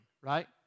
right